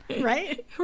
right